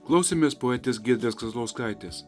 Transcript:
klausėmės poetės giedrės kazlauskaitės